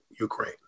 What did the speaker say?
Ukraine